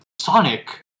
Sonic